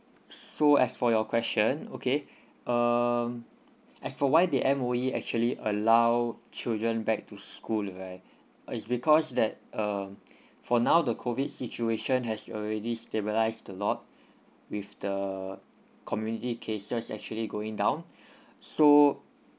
so as for your question okay um as for why the M_O_E actually allow children back to school right it's because that um for now the COVID situation has already stabilised a lot with the community cases actually going down so